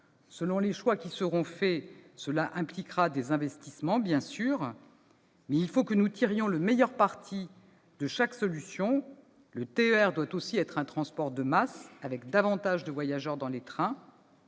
Selon les choix qui seront faits, des investissements seront bien sûr réalisés. Mais il faut que nous tirions le meilleur parti de chaque solution. Le TER doit aussi être un transport de masse, avec davantage de voyageurs dans les trains.